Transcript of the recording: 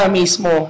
mismo